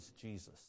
Jesus